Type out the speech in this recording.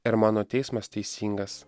ir mano teismas teisingas